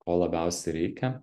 ko labiausiai reikia